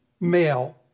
male